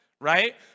right